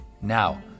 Now